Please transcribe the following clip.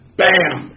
bam